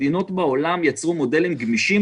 מדינות בעולם יצרו מודלים גמישים.